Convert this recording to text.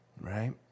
right